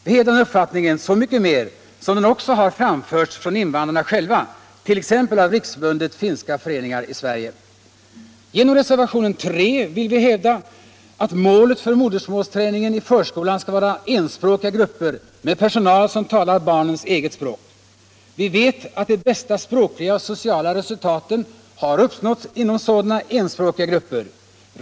Vi hävdar den uppfattningen så mycket mer som den också har framförts från invandrarna själva, t.ex. av Riksförbundet Finska föreningar i Sverige. Genom reservationen 3 vill vi hävda att målet för modersmålsträningen i förskolan skall vara enspråkiga grupper med personal som talar barnens eget språk. Vi vet att de bästa språkliga och sociala resultaten har uppnåtts inom sådana enspråkiga grupper.